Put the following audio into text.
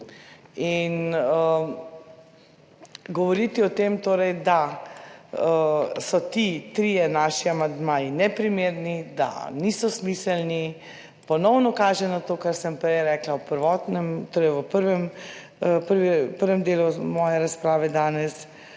In govoriti o tem, torej da so ti trije naši amandmaji neprimerni, da niso smiselni, ponovno kaže na to, kar sem prej rekla v prvotnem, torej v prvem,